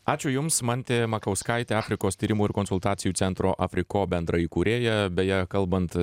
ačiū jums mantė makauskaitė afrikos tyrimų ir konsultacijų centro afriko bendraįkūrėja beje kalbant